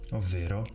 ovvero